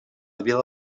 vida